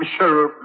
Mr